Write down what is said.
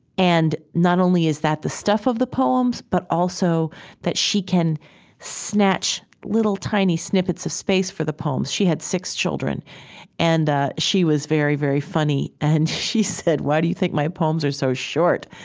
and not only is that the stuff of the poems, but also that she can snatch little tiny snippets of space for the poems. she had six children and she was very, very funny. and she said, why do you think my poems are so short?